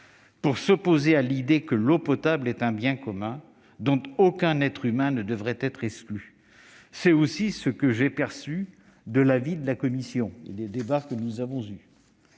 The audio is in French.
pour s'opposer à l'idée que l'eau potable est un bien commun dont aucun être humain ne devrait être exclu. C'est aussi ce que j'ai perçu au sein de la commission lors de nos débats.